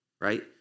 right